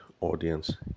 audience